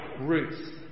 Ruth